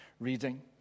reading